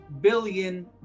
billion